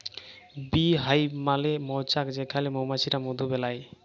bee hive মালে মচাক যেখালে মমাছিরা মধু বেলায়